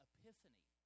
Epiphany